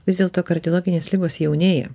vis dėlto kardiologinės ligos jaunėja